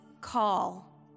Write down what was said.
call